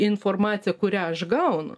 informacija kurią aš gaunu